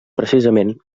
precisament